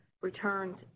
returns